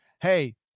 Hey